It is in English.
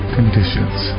Conditions